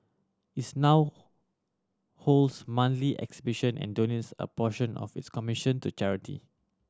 its now holds monthly exhibition and donates a portion of its commission to charity